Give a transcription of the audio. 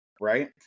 right